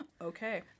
Okay